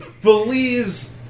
Believes